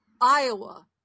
Iowa